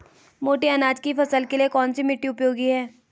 मोटे अनाज की फसल के लिए कौन सी मिट्टी उपयोगी है?